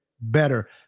better